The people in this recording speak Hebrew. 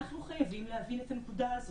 אנחנו חייבים להבין את הנקודה הזאת.